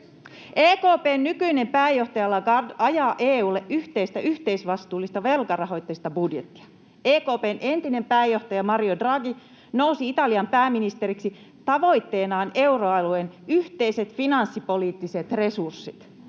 EKP:n nykyinen pääjohtaja Lagarde ajaa EU:lle yhteistä, yhteisvastuullista, velkarahoitteista budjettia. EKP:n entinen pääjohtaja Mario Draghi nousi Italian pääministeriksi tavoitteenaan euroalueen yhteiset finanssipoliittiset resurssit.